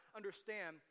understand